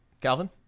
Calvin